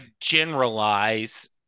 generalize